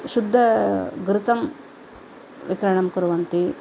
शुद्ध घृतं वितरणं कुर्वन्ति